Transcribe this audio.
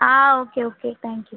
ah okay okay thank you